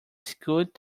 scoot